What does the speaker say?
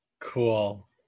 Cool